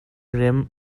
rem